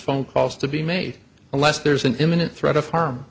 phone calls to be made unless there's an imminent threat of harm